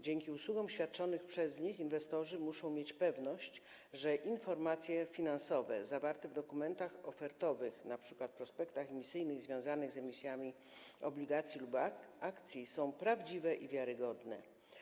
Dzięki usługom świadczonym przez nich inwestorzy muszą mieć pewność, że informacje finansowe zawarte w dokumentach ofertowych, np. prospektach emisyjnych związanych z emisjami obligacji lub akcji, są prawdziwe i wiarygodne.